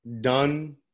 done